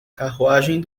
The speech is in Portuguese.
carruagem